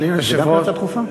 סליחה, שלוש דקות.